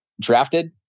drafted